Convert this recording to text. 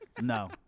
No